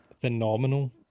phenomenal